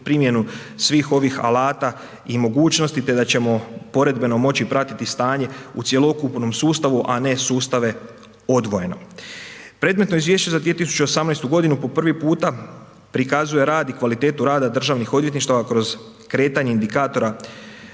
primjenu svih ovih alata i mogućnosti te da ćemo poredbeno moći pratiti stanje u cjelokupnom sustavu, a ne sustave odvojeno. Predmetno izvješće za 2018. godinu po prvi puta prikazuje rad i kvalitetu rada državnih odvjetništava kroz kretanje indikatora